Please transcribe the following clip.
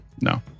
No